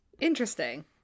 Interesting